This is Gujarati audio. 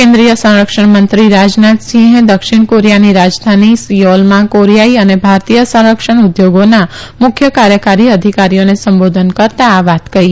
કેન્દ્રીય સંરક્ષણ મંત્રી રાજનાથસિંહે દક્ષિણ કોરિયાની રાજધાની સિઓલમાં કોરીયાઈ અને ભારતીય સંરક્ષણ ઉદ્યોગોના મુખ્ય કાર્યકારી અધિકારીઓને સંબોધિત કરતા આ વાત કહી